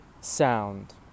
sound